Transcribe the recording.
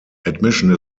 admission